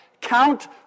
count